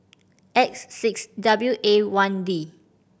X six W A one D